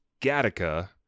Gattaca